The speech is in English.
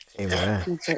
Amen